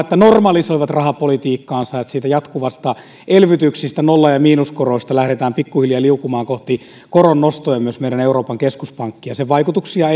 normalisoivat rahapolitiikkaansa niin että niistä jatkuvista elvytyksistä nolla ja miinuskoroista lähdetään pikkuhiljaa liukumaan kohti koron nostoja myös meidän euroopan keskuspankkimme ja sen vaikutuksia